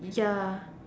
ya